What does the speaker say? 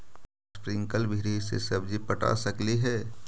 Sprinkle विधि से सब्जी पटा सकली हे?